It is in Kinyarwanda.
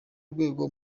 rwego